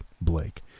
Blake